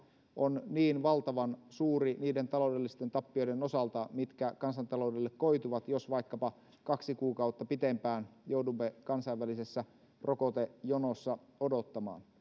on niin valtavan suuri niiden taloudellisten tappioiden osalta mitkä kansantaloudelle koituvat jos vaikkapa kahta kuukautta pitempään joudumme kansainvälisessä rokotejonossa odottamaan